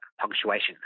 punctuation